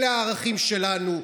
אלה הערכים שלנו.